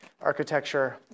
architecture